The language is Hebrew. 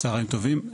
צהריים טובים.